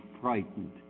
frightened